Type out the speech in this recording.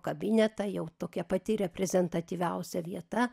kabinetą jau tokia pati reprezentatyviausia vieta